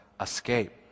escape